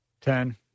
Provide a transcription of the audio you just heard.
Ten